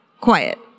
Quiet